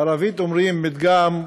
בערבית אומרים פתגם: